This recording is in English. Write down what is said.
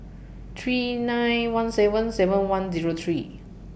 three nine one seven seven one Zero three